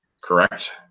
Correct